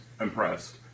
impressed